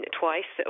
twice